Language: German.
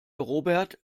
robert